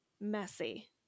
messy